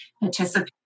participate